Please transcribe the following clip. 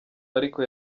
ariko